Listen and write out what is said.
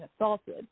assaulted